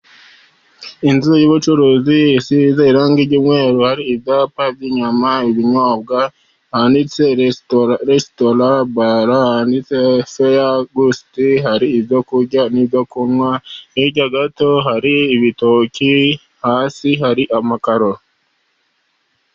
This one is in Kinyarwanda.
Inzu y'ubucuruzi isize irangi ry'umweru, hari ibyapa by'inyama, ibinyobwa handitse resitora bara ,handitseho seya gusiti ,hari ibyo kurya n'ibyo kunywa, hirya gato hari ibitoki, hasi hari amakaro.